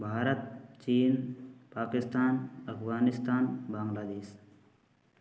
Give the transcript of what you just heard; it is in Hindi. भारत चीन पाकिस्तान अफ़ग़ानिस्तान बांग्लादेश